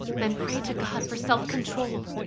then pray to god for self control.